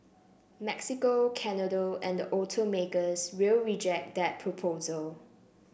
Mexico Canada and the automakers will reject that proposal